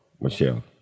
Michelle